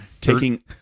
Taking